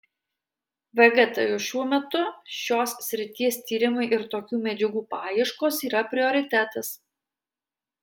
vgtu šiuo metu šios srities tyrimai ir tokių medžiagų paieškos yra prioritetas